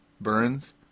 Burns